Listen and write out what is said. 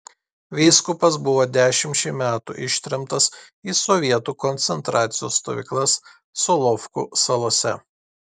vyskupas buvo dešimčiai metų ištremtas į sovietų koncentracijos stovyklas solovkų salose